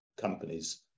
companies